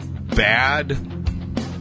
bad